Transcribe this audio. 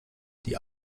die